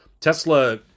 Tesla